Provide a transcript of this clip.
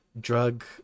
drug